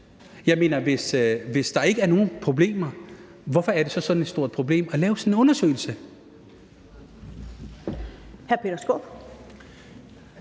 undersøgelse. Hvis der ikke er nogen problemer, hvorfor er det så sådan et stort problem at lave sådan en undersøgelse?